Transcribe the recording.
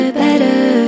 better